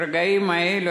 ברגעים האלה,